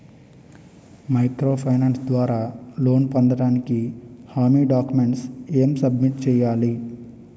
Micro finance ద్వారా loan పొందటానికి హామీ డాక్యుమెంట్స్ ఎం సబ్మిట్ చేయాలి?